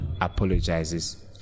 apologizes